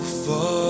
far